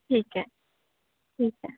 ठीक आहे ठीक आहे